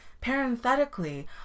parenthetically